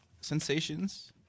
sensations